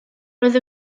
roedd